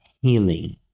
healing